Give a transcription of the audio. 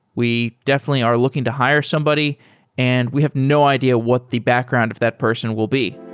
we definitely are looking to hire somebody and we have no idea what the background of that person will be.